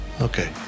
Okay